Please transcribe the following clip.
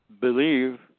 believe